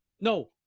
No